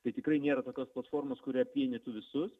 tai tikrai nėra tokios platformos kuri apvienytų visus